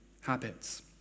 habits